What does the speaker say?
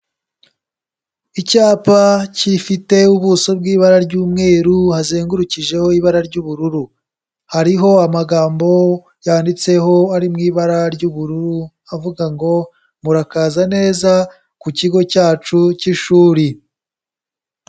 Icyapa gifite ubuso bw'ibara ry'umweru wazengurukijeho ibara ry'ubururu, hariho amagambo yanditseho ari mu ibara ry'ubururu, avuga ngo murakaza neza ku kigo cyacu cy'ishuri.